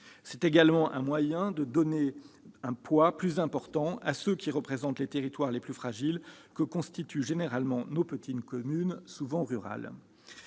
C'est également un moyen de donner un poids plus important à ceux qui représentent les territoires les plus fragiles que constituent généralement nos petites communes, souvent rurales.